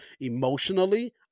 emotionally